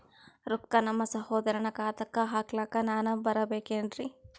ರೊಕ್ಕ ನಮ್ಮಸಹೋದರನ ಖಾತಾಕ್ಕ ಹಾಕ್ಲಕ ನಾನಾ ಬರಬೇಕೆನ್ರೀ?